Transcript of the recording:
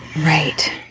Right